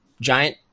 giant